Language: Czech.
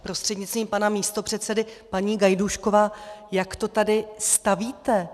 Prostřednictvím pana místopředsedy paní Gajdůšková, jak to tady stavíte?